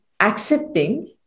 accepting